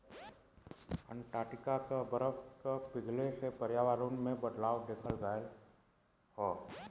Antarctica के बरफ के पिघले से पर्यावरण में बदलाव देखल गयल हौ